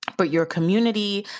but your community,